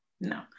no